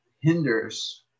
hinders